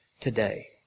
today